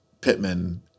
Pittman